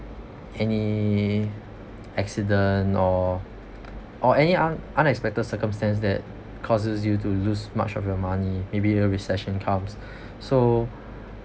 any accident or or any un~ unexpected circumstance that causes you to lose much of your money maybe you know recession comes so